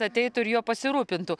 ateitų ir juo pasirūpintų